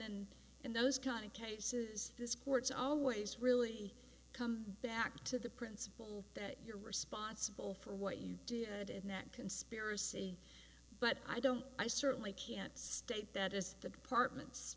and in those kind of cases this courts always really come back to the principle that you're responsible for what you did in that conspiracy but i don't i certainly can't state that as the department